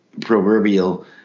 proverbial